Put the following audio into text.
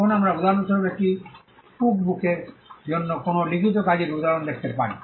এখন আমরা উদাহরণস্বরূপ একটি কুকবুকের জন্য কোনও লিখিত কাজের উদাহরণ দেখতে পারি